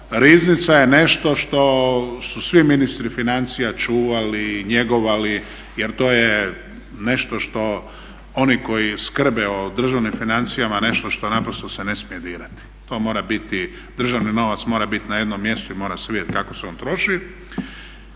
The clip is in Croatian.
Riznica je nešto što su svi ministri financija čuvali, njegovali jer to je nešto što oni koji skrbe o državnim financijama, nešto što naprosto se ne smije dirati. To mora biti državni novac, mora biti na jednom mjestu i mora se vidjet kako se on troši.